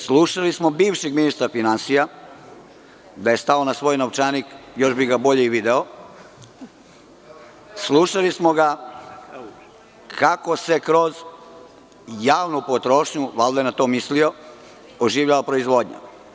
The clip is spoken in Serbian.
Slušali smo bivšeg ministra finansija, da je stao na svoj novčanik još bi ga bolje i video, kako se kroz javnu potrošnju, valjda je na to mislio, oživljava proizvodnja.